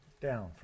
down